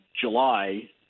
July